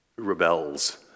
rebels